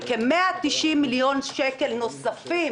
של כ-190 מיליון שקל נוספים,